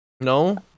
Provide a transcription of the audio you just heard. No